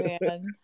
man